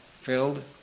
filled